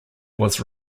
was